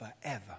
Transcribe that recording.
forever